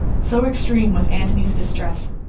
so extreme was antony's distress,